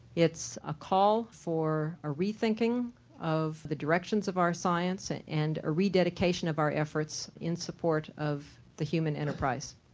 it's a call for a rethinking of the directions of our science and and a rededication of our efforts in support of the human enterprise.